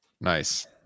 Nice